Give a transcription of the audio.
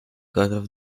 кадров